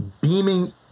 Beaming